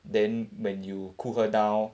then when you cool her down